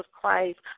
Christ